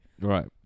Right